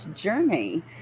journey